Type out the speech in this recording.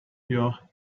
your